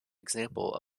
example